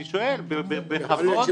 אני שואל, בכבוד.